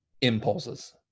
impulses